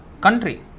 country